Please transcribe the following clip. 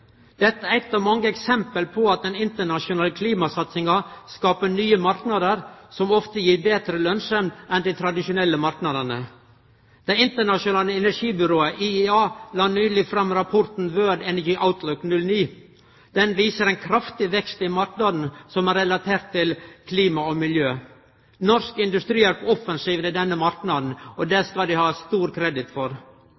Dette er eit av mange eksempel på at den internasjonale klimasatsinga skaper nye marknader som ofte gir betre lønsemd enn dei tradisjonelle marknadene. Det internasjonale energibyrået, IEA, la nyleg fram rapporten World Energy Outlook 2009. Den viser ein kraftig vekst i marknader som er relaterte til klima og miljø. Norsk industri er på offensiven i denne marknaden, og det